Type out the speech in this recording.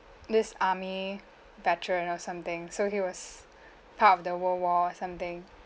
this army veteran or something so he was part of the world war or something